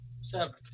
seven